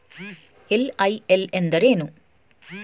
LIL ಎಂದರೇನು?